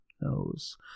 knows